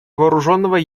вооруженного